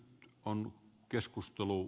hannu keskustelu